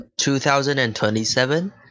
2027